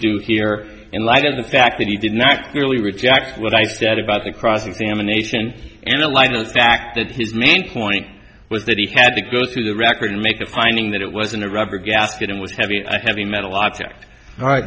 do here in light of the fact that he did not clearly reject what i said about the cross examination analyzing the fact that his point was that he had to go through the record and make a finding that it wasn't a rubber gasket it was heavy heavy metal object all right